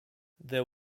there